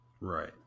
Right